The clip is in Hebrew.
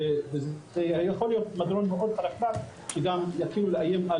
וזה יכול להיות מדרון מאוד חלקלק שגם יתחילו לאיים על